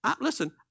listen